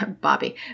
Bobby